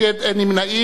נמנע?